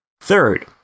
Third